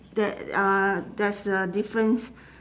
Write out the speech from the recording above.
that uh there's a difference